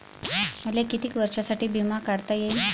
मले कितीक वर्षासाठी बिमा काढता येईन?